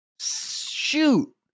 shoot